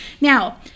Now